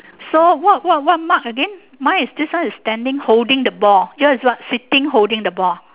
so what what what mark again mine is this one is standing holding the ball yours is what sitting holding the ball